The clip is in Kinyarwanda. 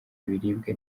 ibiribwa